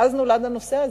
ואז נולד הנושא הזה,